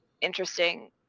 interesting